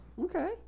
okay